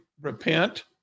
repent